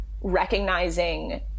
recognizing